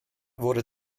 wurde